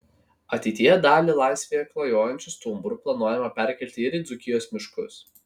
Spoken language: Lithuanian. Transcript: ateityje dalį laisvėje klajojančių stumbrų planuojama perkelti ir į dzūkijos miškus